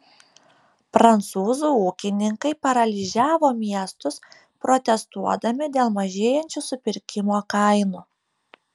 prancūzų ūkininkai paralyžiavo miestus protestuodami dėl mažėjančių supirkimo kainų